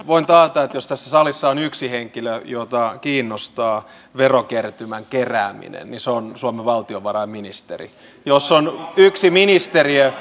voin taata että jos tässä salissa on yksi henkilö jota kiinnostaa verokertymän kerääminen niin se on suomen valtiovarainministeri jos on yksi ministeriö